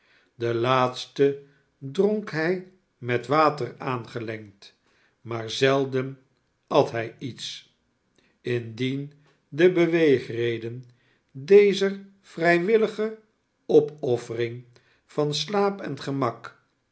den laatsten dronk hij met water aangelengd maar zelden at hij iets indien de beweegreden dezer vrijwillige opoffering van slaap en gemak